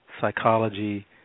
psychology